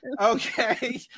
Okay